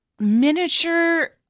Miniature